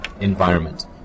environment